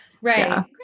Right